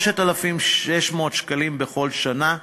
3,600 שקלים בכל שנה,